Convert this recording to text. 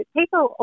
people